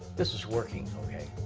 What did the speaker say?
this is working, okay?